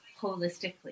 holistically